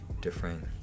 different